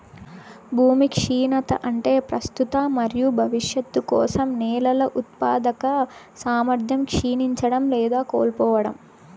భూమి క్షీణత అంటే ప్రస్తుత మరియు భవిష్యత్తు కోసం నేలల ఉత్పాదక సామర్థ్యం క్షీణించడం లేదా కోల్పోవడం